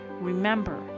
Remember